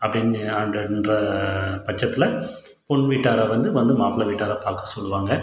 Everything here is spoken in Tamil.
அப்படீன்னு என்ற பட்சத்தில் பொண்ணு வீட்டாரை வந்து வந்து மாப்பிள்ளை வீட்டாரை பார்க்க சொல்வாங்க